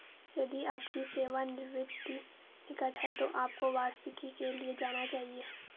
यदि आपकी सेवानिवृत्ति निकट है तो आपको वार्षिकी के लिए जाना चाहिए